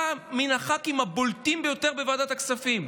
אתה מן הח"כים הבולטים ביותר בוועדת הכספים.